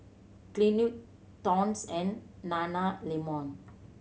Clinique Toms and Nana Lemon